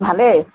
ভালেই